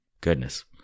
goodness